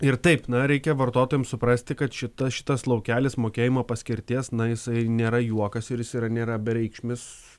ir taip na reikia vartotojams suprasti kad šitas šitas laukelis mokėjimo paskirties na jisai nėra juokas ir jis yra nėra bereikšmis